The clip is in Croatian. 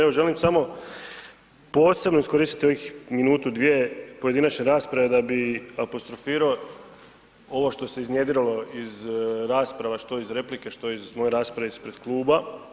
Evo, želim samo posebno iskoristiti ovih minutu, dvije pojedinačne rasprave da bi apostrofirao ovo što ste iznjedrilo iz rasprava, što iz replike, što iz moje rasprave ispred kluba.